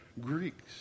Greeks